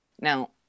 Now